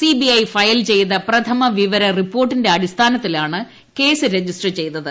C B I file ചെയ്ത പ്രഥമ വിവര റിപ്പോർട്ടിന്റെ അടിസ്ഥാനത്തിലാണ് കേസ് രജിസ്റ്റർ ചെയ്തത്